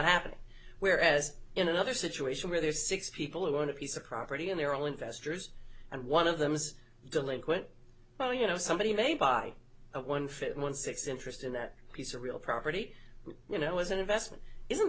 happening whereas in another situation where there are six people who want a piece of property and they're all investors and one of them is delinquent well you know somebody may buy one fifth one six interest in that piece of real property you know as an investment isn't